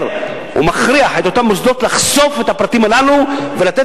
או מכריח את אותם המוסדות לחשוף את הפרטים הללו ולתת